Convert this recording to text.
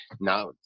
now